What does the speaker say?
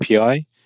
API